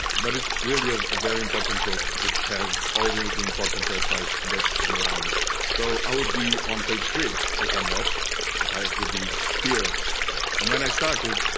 but it's really a very important book it has all the the important websites that came around so i would be on page three which i'm not but i would be here and when i started